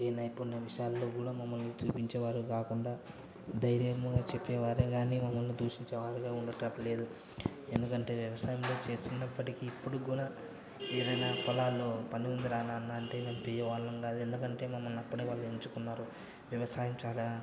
ఏ నైపుణ్య విషయాల్లో కూడా మమ్మల్ని చూపించేవారు కాకుండా ధైర్యం చెప్పేవారే గానీ మమ్మల్ని దూషించేవారుగా లేరు ఎందుకంటే వ్యవసాయంలో చేస్తున్నప్పటికీ ఇప్పటికి కూడా ఏదైనా పొలాల్లో పని ఉందిరా నాన్న అంటే మేం దిగేవాళ్ళం కాదు ఎందుకంటే మమ్మల్ని అప్పుడే వాళ్ళు ఎంచుకున్నారు వ్యవసాయం చాలా